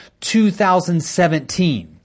2017